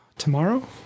Tomorrow